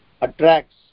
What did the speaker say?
attracts